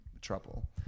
trouble